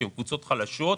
שהם קבוצות חלשות,